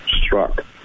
struck